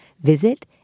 visit